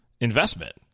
investment